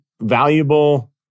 valuable